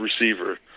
receiver